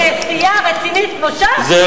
אבל בסיעה רצינית כמו ש"ס אפשר היה למנוע את זה.